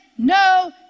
No